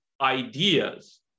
ideas